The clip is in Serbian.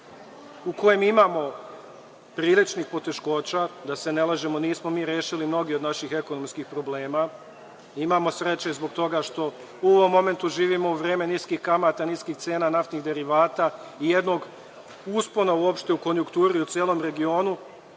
u kojem imamo priličnih poteškoća, da se ne lažemo, nismo mi rešili mnoge od naših ekonomskih problema, imamo sreće zbog toga što u ovom momentu živimo u vreme niskih kamata, niskih cena naftnih derivata i jednog uspona uopšte u konjukturi u celom regionu,